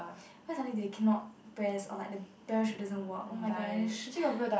what if suddenly they cannot press or like the parachute doesn't work oh my gosh